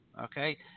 Okay